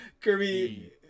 Kirby